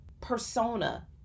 persona